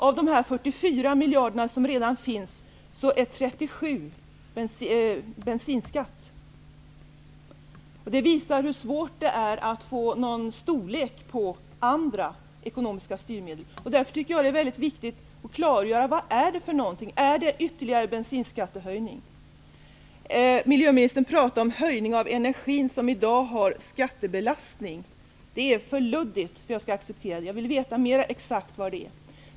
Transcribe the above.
Av de 44 miljarder som redan finns är 37 miljarder bensinskatt. Det visar hur svårt det är att få någon storlek på andra ekonomiska styrmedel. Därför är det mycket viktigt att klargöra vad detta är för något. Är det ytterligare bensinskattehöjningar? Miljöministern talade om skattehöjningar på den energi som i dag har skattebelastning. Det är för luddigt för att jag skall acceptera det. Jag vill veta mer exakt vad det innebär.